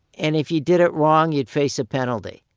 and if you did it wrong, you'd face a penalty.